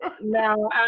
No